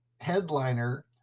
Headliner